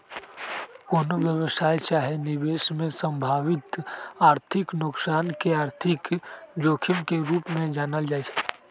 कोनो व्यवसाय चाहे निवेश में संभावित आर्थिक नोकसान के आर्थिक जोखिम के रूप में जानल जाइ छइ